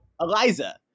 Eliza